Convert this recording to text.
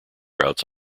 routes